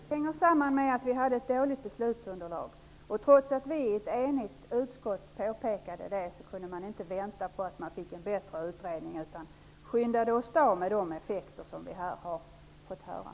Herr talman! Det hänger samman med att vi hade ett dåligt beslutsunderlag. Trots att ett enigt utskott påpekade detta, kunde man inte vänta på en bättre utredning, utan man skyndade åstad, vilket fick de effekter som vi här har fått höra.